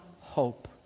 hope